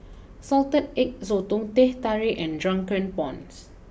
Salted Egg Sotong Teh Tarik and Drunken Prawns